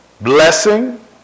blessing